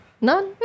None